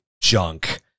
junk